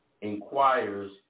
inquires